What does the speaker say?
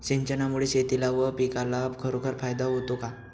सिंचनामुळे शेतीला व पिकाला खरोखर फायदा होतो का?